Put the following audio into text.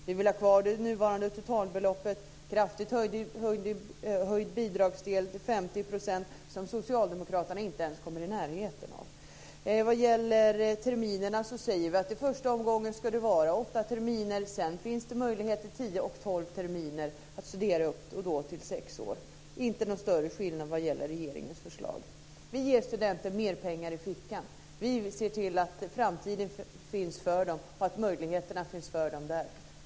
Vi vill ha kvar det nuvarande totalbeloppet och kraftigt höja bidragsdelen till 50 %, något som socialdemokraterna inte ens kommer i närheten av. Vad gäller terminerna säger vi att det i första omgången ska vara åtta terminer. Sedan finns det möjlighet att studera tio och tolv terminer, dvs. upp till sex år. Det är inte någon större skillnad på det och på regeringens förslag. Vi ger studenter mer pengar i fickan. Vi ser till att det finns en framtid med möjligheter för dem.